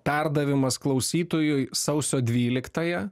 perdavimas klausytojui sausio dvyliktąją